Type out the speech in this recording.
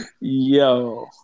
Yo